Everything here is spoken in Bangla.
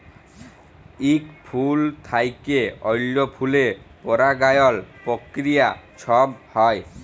ইক ফুল থ্যাইকে অল্য ফুলে পরাগায়ল পক্রিয়া ছব হ্যয়